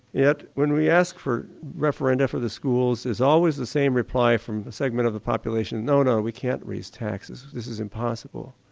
yet, when we ask for referenda for the schools there's always the same reply from a segment of the population, no, no, we can't raise taxes, this is impossible,